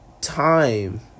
Time